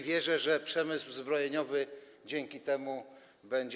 Wierzę, że przemysł zbrojeniowy dzięki temu będzie.